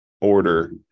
order